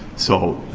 so,